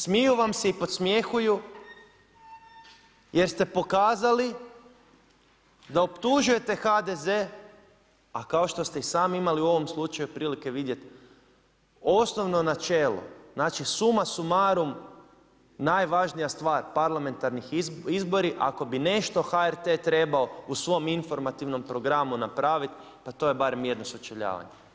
Smiju vam se i podsmjehuju jer ste pokazali da optužujete HDZ-e, a kao što ste i sami imali u ovom slučaju prilike vidjeti osnovno načelo znači suma sumarum najvažnija stvar parlamentarni izbori ako bi nešto HRT-e trebao u svom informativnom programu napraviti, pa to je barem jedno sučeljavanje.